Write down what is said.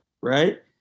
right